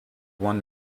one